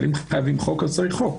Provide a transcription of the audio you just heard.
אבל אם חייבים חוק אז צריך חוק.